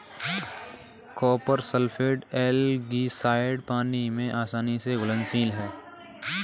copper sulphate algicide पानी में आसानी से घुलनशील है